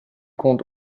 compte